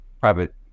private